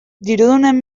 dirudunen